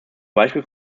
beispiel